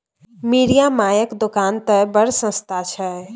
मिरिया मायक दोकान तए बड़ सस्ता छै